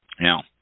Now